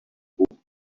book